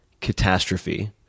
catastrophe